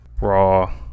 raw